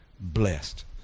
blessed